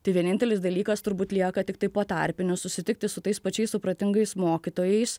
tai vienintelis dalykas turbūt lieka tiktai po tarpinių susitikti su tais pačiais supratingais mokytojais